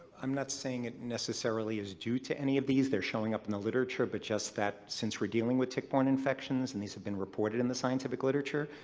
i'm not saying it necessarily is due to any of these. they're showing up in the literature, but just that. since we're dealing with tick-borne infections and this has been reported in the scientific literature,